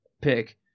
pick